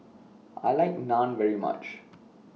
I like Naan very much